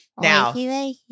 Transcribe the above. Now